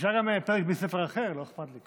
אפשר גם פרק מספר אחר, לא אכפת לי.